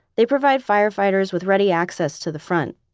they provide firefighters with ready access to the front.